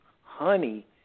Honey